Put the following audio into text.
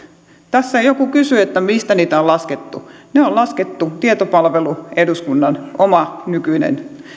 tässä joku kysyi mistä niitä on laskettu ne on laskettu tietopalvelu eduskunnan oma nykyinen